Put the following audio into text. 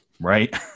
Right